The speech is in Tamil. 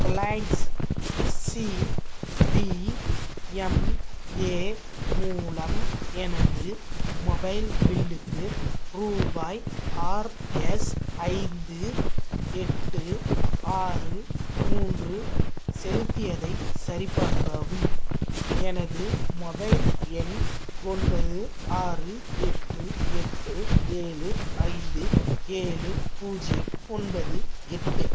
ரிலைன்ஸ் சிடிஎம்ஏ மூலம் எனது மொபைல் பில்லுக்கு ரூபாய் ஆர்எஸ் ஐந்து எட்டு ஆறு மூன்று செலுத்தியதை சரிபார்க்கவும் எனது மொபைல் எண் ஒன்பது ஆறு எட்டு எட்டு ஏழு ஐந்து ஏழு பூஜ்ஜியம் ஒன்பது எட்டு